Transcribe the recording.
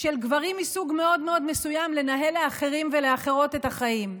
של גברים מסוג מאוד מאוד מסוים לנהל לאחרים ולאחרות את החיים.